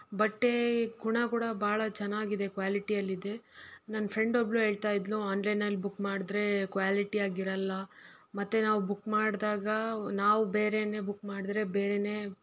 ಬಟ್ಟೆ ಗುಣ ಕೂಡ ಭಾಳ ಚೆನ್ನಾಗಿದೆ ಕ್ವ್ಯಾಲಿಟಿಯಲ್ಲಿದೆ ನನ್ನ ಫ್ರೆಂಡ್ ಒಬ್ಬಳು ಹೇಳ್ತಾ ಇದ್ಲು ಆನ್ಲೈನಲ್ಲಿ ಬುಕ್ ಮಾಡಿದ್ರೆ ಕ್ವ್ಯಾಲಿಟಿಯಾಗಿ ಇರಲ್ಲ ಮತ್ತು ನಾವು ಬುಕ್ ಮಾಡಿದಾಗ ನಾವು ಬೇರೆನೇ ಬುಕ್ ಮಾಡಿದ್ರೆ ಬೇರೆನೇ